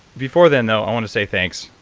before then though i want to say thanks.